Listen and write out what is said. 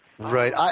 Right